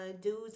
dudes